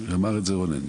אמר את זה רונן,